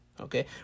okay